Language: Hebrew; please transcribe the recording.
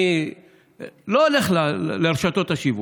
אני לא הולך לרשתות השיווק.